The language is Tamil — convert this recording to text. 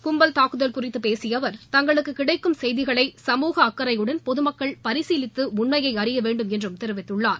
கும்பல் தாக்குதல் குறித்து பேசிய அவர் தங்களுக்கு கிடைக்கும் செய்திகளை சமூக அக்கறையுடன் பொதுமக்கள் பரிசீலித்து உண்மையை அறிய வேண்டும் என்றும் தெரிவித்துள்ளார்